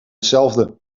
hetzelfde